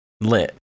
lit